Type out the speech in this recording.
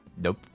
Nope